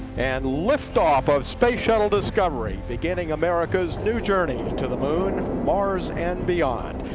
and liftoff of space shuttle discovery, beginning america's new journey to the moon, mars and beyond.